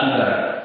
אל תדאג.